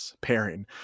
pairing